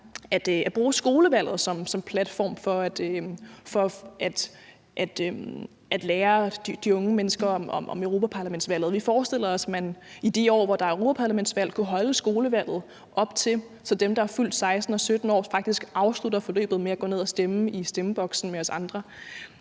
at bruge skolevalget som platform for at lære de unge mennesker om europaparlamentsvalget, og vi forestiller os, at man i de år, hvor der er europaparlamentsvalg, kunne holde skolevalget op til, så dem, der er fyldt 16 og 17 år, faktisk afslutter forløbet med at gå ned og stemme i stemmeboksen med os andre.